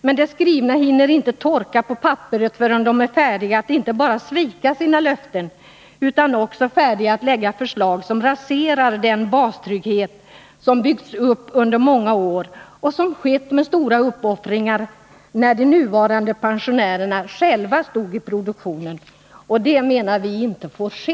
Men det skrivna ordet hinner inte torka på papperet förrän de är färdiga att inte bara svika sina löften utan också lägga fram förslag som raserar den bastrygghet som byggdes upp under många år med stora uppoffringar när de nuvarande pensionärerna själva stod i produktionen. Vi menar att detta inte får ske.